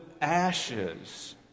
ashes